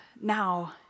now